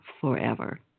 forever